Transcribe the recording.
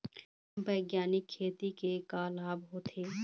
बैग्यानिक खेती के का लाभ होथे?